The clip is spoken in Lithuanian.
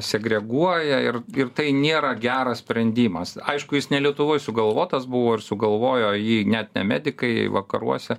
segreguoja ir ir tai nėra geras sprendimas aišku jis ne lietuvoj sugalvotas buvo ir sugalvojo jį ne medikai vakaruose